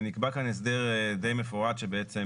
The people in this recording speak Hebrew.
נקבע כאן הסדר די מפורט שבעצם